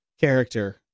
character